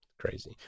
Crazy